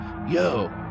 Yo